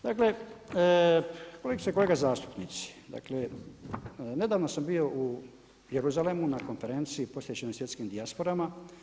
Dakle, kolegice i kolege zastupnici, dakle nedavno sam bio u Jeruzalemu na konferenciji posvećenoj svjetskim dijasporama.